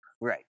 right